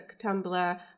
Tumblr